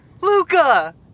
Luca